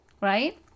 right